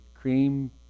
cream